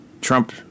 Trump